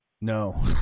no